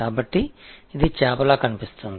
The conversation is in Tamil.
எனவே இது ஒரு ஃபிஷ் போல் தெரிகிறது